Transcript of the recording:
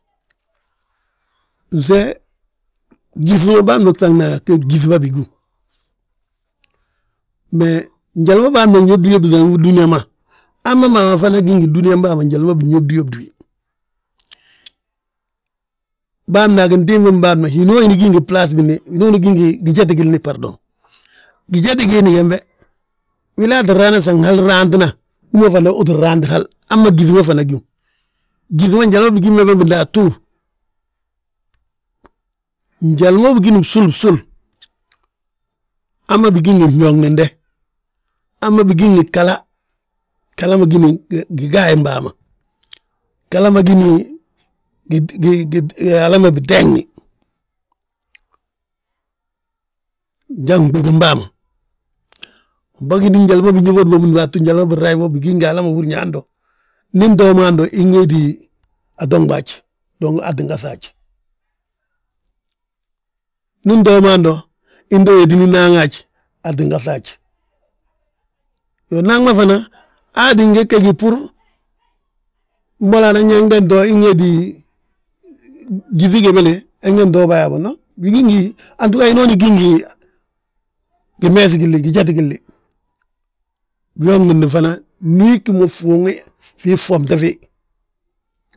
Fnse gyíŧe bâan bóg ŧagna gyíŧi bà bigíw. Mee njali ma bâan bogi nyóbdi yobdina dúniyaa ma, hamma bàa ma fana gí ngi dúniyaam bàa ma njali ma binyóbdiyobdi wi. Bâan ma agintimba bâan ma hínooni gí ngi bbalas billi, hinooni gí ngi gijeti gilli bardoŋ. Gijeti giindi gembe, wilaa tti raana san hal raantina, hú fana uu ttin raant hal. Hamma gyíŧi ma fana gíw, gyíŧi ma njali ma bigim bembe bindaatu, njali ma bâgini bsul bsul, hamma bigi ngi fnyooŋdinde, hamma bigi ngi ghala. Ghala ma gíni gigaayem bàa ma, ghala ma gíni hala ma biteegni njan fnɓigim bàa ma. Unbagi ñín njali ma binyóbodi bo ndúbatu, njali ma binrayi bo, bigí ngi hala ma húrin yaa hando. Ndi ntoo mo hando inwéeti atonɓa haj, dong aa tti gaŧa haj. Ndi ntoo mo hando, into wéetini naŋi haj, aa ttin gaŧa haj, yoo, naŋ ma fana, aa ttin gege gi bbúru, mbolo anan yaa, yete nto, inwéeti gyíŧi gembele, yete ntoo bà yaabo. Now, bigi ngi, antúga hinooni gí ngi gimeesi gilli gijeti gilli. Biyooŋdindi fana ndi wi gí mo fuuŋi fii fomte fi.